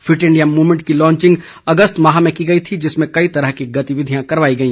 fit India movement की launching अगस्त माह में की गई थी जिसमें कई तरह की गतिविधियां करवाई गई